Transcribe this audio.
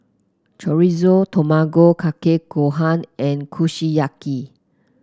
Chorizo Tamago Kake Gohan and Kushiyaki